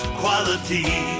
quality